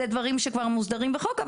אלה דברים שכבר מוסדרים בחוק,